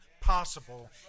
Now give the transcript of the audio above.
possible